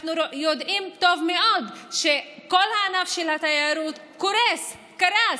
אנחנו יודעים טוב מאוד שכל ענף התיירות קרס,